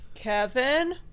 Kevin